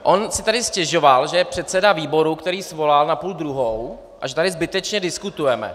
On si tady stěžoval, že je předseda výboru, který svolal na půl druhou, a že tady zbytečně diskutujeme.